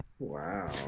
wow